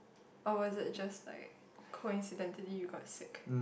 or was it just like coincidentally you got sick